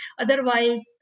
Otherwise